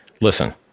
Listen